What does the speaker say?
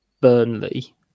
Burnley